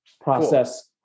process